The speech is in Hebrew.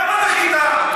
למה דחית?